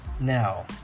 now